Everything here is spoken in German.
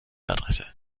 adresse